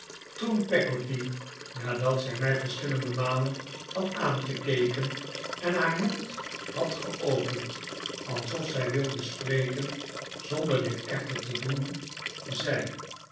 toen peggotty nadat zij mij verscheidene malen had aangekeken en haar mond had geopend alsof zij wilde sprekeh zonder dit echter te doen zei